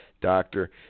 doctor